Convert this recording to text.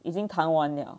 已经谈完了